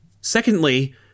Secondly